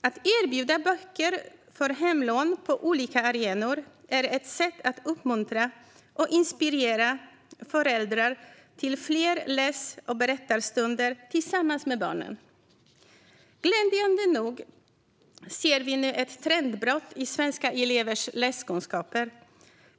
Att erbjuda böcker för hemlån på olika arenor är ett sätt att uppmuntra och inspirera föräldrar till fler läs och berättarstunder tillsammans med barnen. Glädjande nog ser vi nu ett trendbrott i svenska elevers läskunskaper.